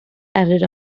added